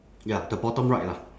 ya the bottom right lah